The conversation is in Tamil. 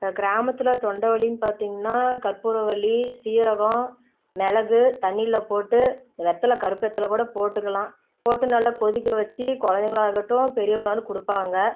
எங்கள் கிராமத்தில் தொண்டை வலின்னு பார்த்திங்கன்னா கற்பூரவல்லி சீரகம் மிளகு தண்ணியில் போட்டு வெத்தலை கருப்பு வெத்தலை கூட போட்டுக்கலாம் போட்டு நல்லா கொதிக்க வச்சு குழந்தைங்களாகட்டும் பெரியவங்கனாலும் கொடுப்பாங்க